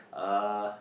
uh